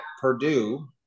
Purdue